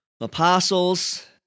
apostles